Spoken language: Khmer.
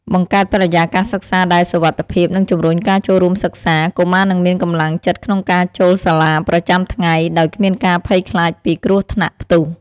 បង្កើតបរិយាកាសសិក្សាដែលសុវត្ថិភាព និងជំរុញការចូលរួមសិក្សា កុមារនឹងមានកម្លាំងចិត្តក្នុងការចូលសាលាប្រចាំថ្ងៃ ដោយគ្មានការភ័យខ្លាចពីគ្រោះថ្នាក់ផ្ទុះ។